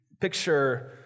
Picture